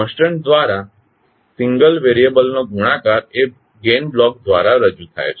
constant દ્વારા single variable નો ગુણાકાર એ ગેઇન બ્લોક દ્વારા રજૂ થાય છે